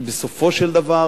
כי בסופו של דבר